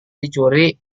dicuri